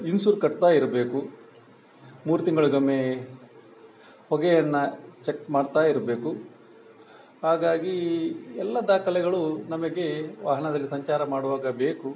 insure ಕಟ್ತಾ ಇರಬೇಕು ಮೂರು ತಿಂಗಳಿಗೊಮ್ಮೆ ಹೊಗೆಯನ್ನು ಚೆಕ್ ಮಾಡ್ತಾ ಇರಬೇಕು ಹಾಗಾಗಿ ಎಲ್ಲ ದಾಖಲೆಗಳು ನಮಗೆ ವಾಹನದಲ್ಲಿ ಸಂಚಾರ ಮಾಡುವಾಗ ಬೇಕು